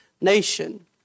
nation